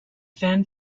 fan